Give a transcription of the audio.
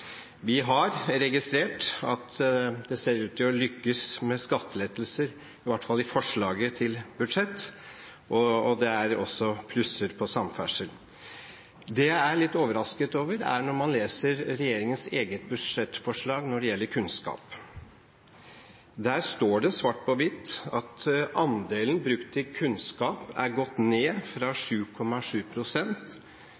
Vi har registrert at man ser ut til å lykkes med skattelettelser, i hvert fall i forslaget til budsjett, og det er også plusser på samferdsel. Det jeg er litt overrasket over, er det man leser i regjeringens eget budsjettforslag som gjelder kunnskap. Der står det svart på hvitt at andelen brukt til kunnskap er gått ned fra